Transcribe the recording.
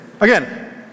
again